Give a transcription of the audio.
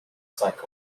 cinq